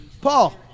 Paul